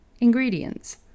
Ingredients